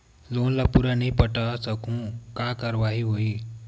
Loan ला पूरा नई पटा सकहुं का कारवाही होही?